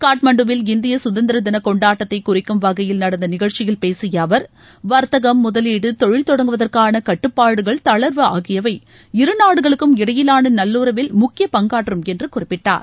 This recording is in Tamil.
காட்மாண்டுவில் இந்திய சுதந்திர தின கொண்டாட்டத்தை குறிக்கும் வகையில் நடந்த நிகழ்ச்சியில் பேசிய அவர் வர்த்தகம் முதலீடு தொழில் தொடங்குவதற்கான கட்டுப்பாடுகள் தளர்வு ஆகியவை இருநாடுகளுக்கும் இடையிலான நல்லுறவில் முக்கிய பங்காற்றும் என்று குறிப்பிட்டார்